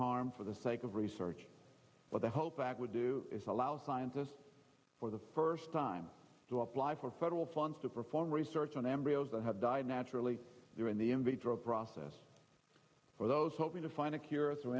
harm for the sake of research or the hope back would do is allow scientists for the first time to apply for federal funds to perform research on embryos that have died naturally during the invader a process for those hoping to find a cure